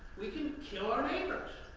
we can kill our neighbors.